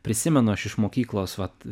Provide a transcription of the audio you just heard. prisimenu aš iš mokyklos vat